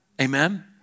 Amen